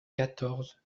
quatorze